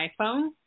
iPhone